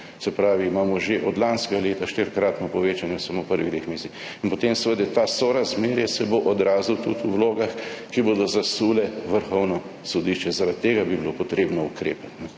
Se pravi, imamo že od lanskega leta štirikratno povečanje samo v prvih dveh mesecih. Potem se bo seveda to sorazmerje odrazilo tudi v vlogah, ki bodo zasule Vrhovno sodišče, zaradi tega bi bilo potrebno ukrepati.